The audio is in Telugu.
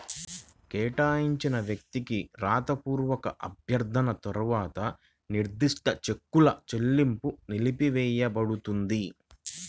కేటాయించిన వ్యక్తికి రాతపూర్వక అభ్యర్థన తర్వాత నిర్దిష్ట చెక్కుల చెల్లింపు నిలిపివేయపడుతుంది